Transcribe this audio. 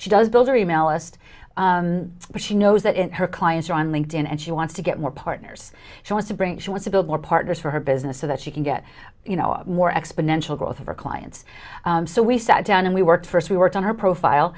she does those are email list but she knows that her clients are on linked in and she wants to get more partners she wants to bring she want to build more partners for her business so that she can get you know more exponential growth for clients so we sat down and we worked first we worked on her profile